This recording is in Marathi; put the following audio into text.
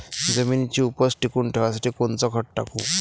जमिनीची उपज टिकून ठेवासाठी कोनचं खत टाकू?